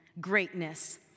greatness